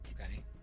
Okay